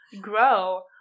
grow